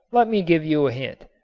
let me give you a hint.